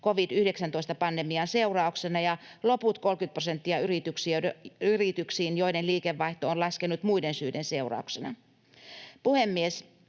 covid-19-pandemian seurauksena, ja loput 30 prosenttia yrityksiin, joiden liikevaihto on laskenut muiden syiden seurauksena.